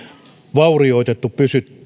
vaurioitettu